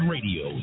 Radio